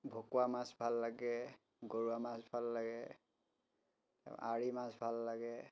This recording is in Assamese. ভকুৱা মাছ ভাল লাগে গৰুৱা মাছ ভাল লাগে আৰি মাছ ভাল লাগে